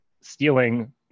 stealing